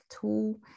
tool